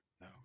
No